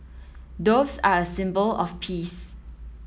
doves are a symbol of peace